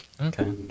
Okay